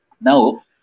Now